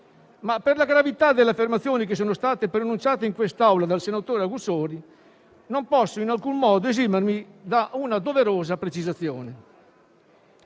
data la gravità delle affermazioni pronunciate in quest'Aula del senatore Augussori, non posso in alcun modo esimermi da una doverosa precisazione.